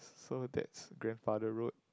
so that's grandfather road